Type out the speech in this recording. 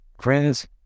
friends